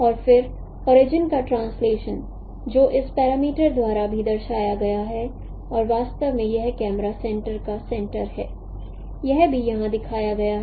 और फिर ओरिजिन का ट्रांसलेशन जो इस पैरामीटर द्वारा भी दर्शाया गया है और वास्तव में यह कैमरा सेंटर का सेंटर है यह भी यहां दिखाया गया है